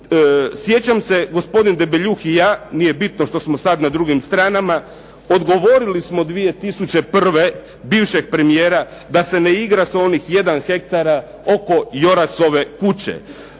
Sjećam se gospodin Debeljuh i ja, nije bitno što smo sad na drugim stranama, odgovorili smo 2001. bivšeg premijera da se ne igra sa onih 1 hekatara oko Jorasove kuće.